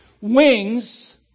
wings